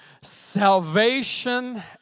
salvation